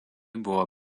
buvo